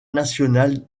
national